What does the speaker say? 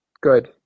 good